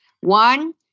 One